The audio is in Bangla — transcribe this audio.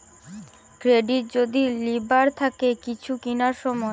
ক্রেডিট যদি লিবার থাকে কিছু কিনার সময়